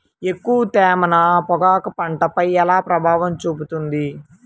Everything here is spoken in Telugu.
ఎక్కువ తేమ నా పొగాకు పంటపై ఎలా ప్రభావం చూపుతుంది?